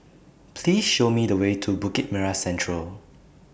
Please Show Me The Way to Bukit Merah Central